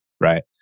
right